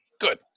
Good